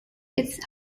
its